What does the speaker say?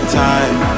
time